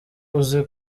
uzi